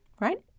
right